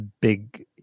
big